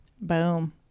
boom